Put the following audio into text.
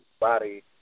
body